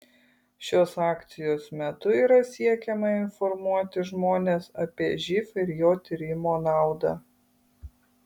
šios akcijos metu yra siekiama informuoti žmones apie živ ir jo tyrimo naudą